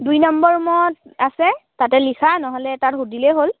দুই নম্বৰ ৰুমত আছে তাতে লিখা নহ'লে তাত সুধিলেই হ'ল